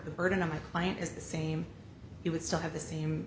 the burden on the client is the same he would still have the same